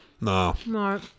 No